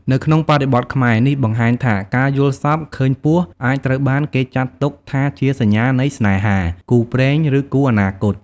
នៅក្នុងបរិបទខ្មែរ នេះបង្ហាញថាការយល់សប្តិឃើញពស់អាចត្រូវបានគេចាត់ទុកថាជាសញ្ញានៃស្នេហា គូព្រេង ឬគូអនាគត។